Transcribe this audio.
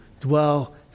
dwell